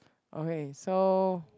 okay so